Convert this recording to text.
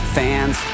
fans